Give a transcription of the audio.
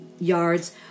yards